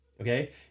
okay